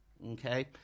okay